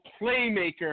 playmaker